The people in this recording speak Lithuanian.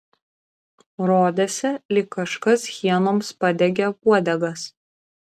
rodėsi lyg kažkas hienoms padegė uodegas